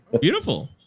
Beautiful